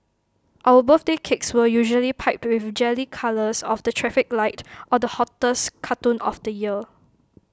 our birthday cakes were usually piped with jelly colours of the traffic light or the hottest cartoon of the year